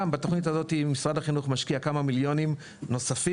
גם בתכנית הזאת משרד החינוך משקיע כמה מיליונים נוספים,